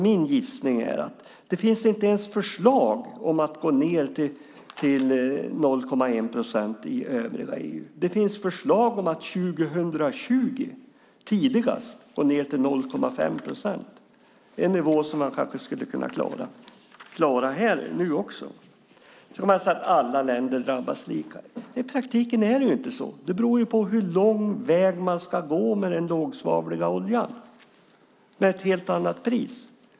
Min gissning är att det inte ens finns förslag om att gå ned till 0,1 procent i övriga EU. Det finns förslag om att tidigast 2020 gå ned till 0,5 procent. Det är en nivå som man kanske kan klara här nu. Sedan har man sagt att alla länder drabbas lika. Men i praktiken är det inte så. Det beror på hur lång väg man ska gå med den lågsvavliga oljan med ett helt annat pris.